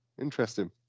interesting